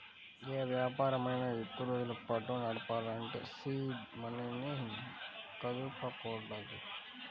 యే వ్యాపారమైనా ఎక్కువరోజుల పాటు నడపాలంటే సీడ్ మనీని కదపకూడదు